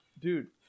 dude